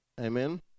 Amen